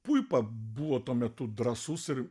puipa buvo tuo metu drąsus ir